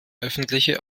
öffentliche